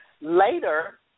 Later